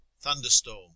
Thunderstorm